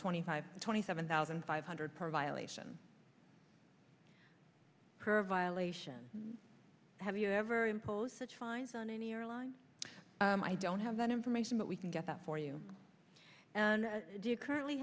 twenty five twenty seven thousand five hundred per violation per violation have you ever imposed such fines on any airline i don't have that information but we can get that for you and do you currently